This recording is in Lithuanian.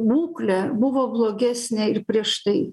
būklė buvo blogesnė ir prieš tai